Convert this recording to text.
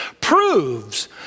proves